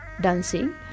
dancing